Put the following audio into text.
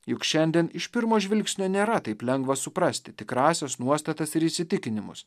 juk šiandien iš pirmo žvilgsnio nėra taip lengva suprasti tikrąsias nuostatas ir įsitikinimus